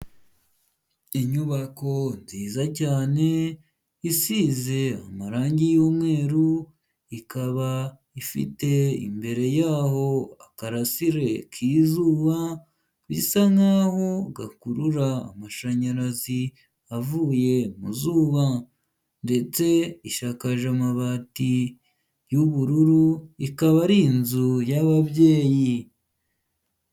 Inyubako nziza cyane isize amarangi y'umweru, ikaba ifite imbere y'aho akarasire k'izuba, bisa nkaho gakurura amashanyarazi avuye mu zuba, ndetse ishakakaje amabati y'ubururu, ikaba ari inzu y'ababyeyi.